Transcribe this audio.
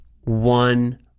one